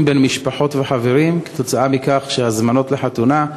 בין משפחות וחברים כתוצאה מכך שהזמנות לחתונה,